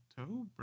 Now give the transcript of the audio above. October